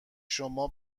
شما